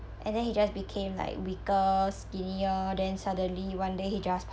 and then he just became like weaker skinnier then suddenly one day he just